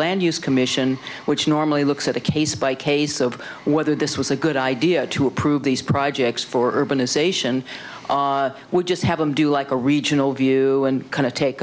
land use commission which normally looks at a case by case over whether this was a good idea to approve these projects for urbanisation we just have them do like a regional view and kind of take